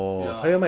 ya